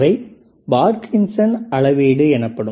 அவை என்னவென்றால் பார்க்ஹூசேன் அளவீடு எனப்படும்